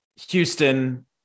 Houston